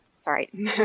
sorry